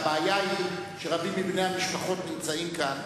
הבעיה היא שרבים מבני המשפחות נמצאים כאן,